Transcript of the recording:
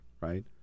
right